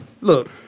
look